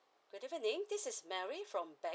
good evening this is mary from bank